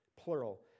plural